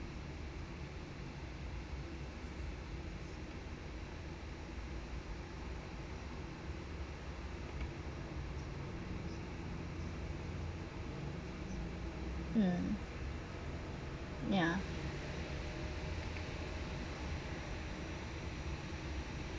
mm mm